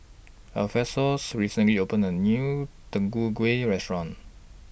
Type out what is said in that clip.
Alphonsus recently opened A New Deodeok Gui Restaurant